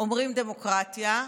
אומרים "דמוקרטיה",